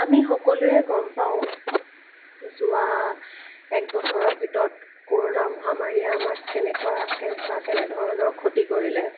আমি সকলোৱে গম পাওঁ যোৱা এক বছৰৰ ভিতৰত ক'ৰ'না মহামাৰীয়ে আমাক কেনেকুৱা বা কেনেধৰণৰ ক্ষতি কৰিলে